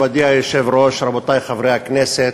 מכובדי היושב-ראש, רבותי חברי הכנסת,